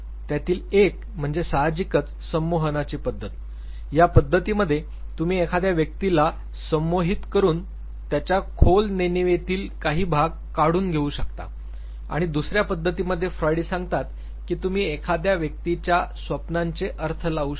त्यातील एक म्हणजे सहाजिकच संमोहनाची पद्धत या पद्धतज्यामध्ये तुम्ही एखाद्या व्यक्तीला संमोहित करून त्याच्या खोल नेणिवेतील काही भाग काढून घेऊ शकता आणि दुसऱ्या पद्धतीमध्ये फ्रॉइड सांगतात की तुम्ही एखाद्या व्यक्तीच्या स्वप्नांचे अर्थ लावू शकता